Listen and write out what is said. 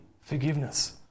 forgiveness